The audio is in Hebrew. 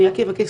אני אבקש,